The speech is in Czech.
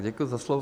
Děkuji za slovo.